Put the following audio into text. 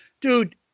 Dude